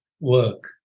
work